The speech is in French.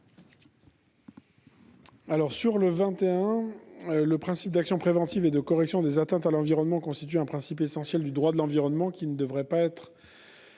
territoire ? Le principe d'action préventive et de correction des atteintes à l'environnement constitue un principe essentiel du droit de l'environnement, qu'il ne faut modifier